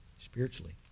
spiritually